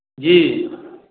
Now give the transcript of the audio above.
जी